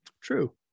True